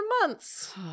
months